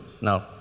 Now